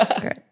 Great